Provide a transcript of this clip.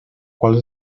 qual